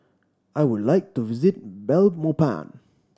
I would like to visit Belmopan